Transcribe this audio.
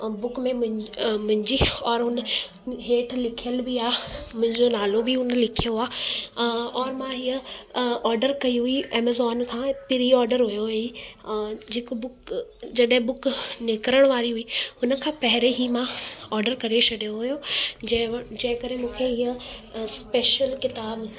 book में म मुंहिंजी औरि हुन हेठि लिखियल बि आहे मुंहिंजो नालो बि हुन लिखियो आहे औरि मां हीअ ऑडर कई हुई एमेज़ॉन था प्री ऑडर हुओ हीअ जेको बुक जॾहिं बुक निकिरण वारी हुई हुनखां पहिरे ई मां ऑडर करे छॾियो हुओ जंहिंजे करे मूंखे हीअ स्पेशल किताबु